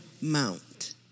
Mount